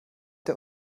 der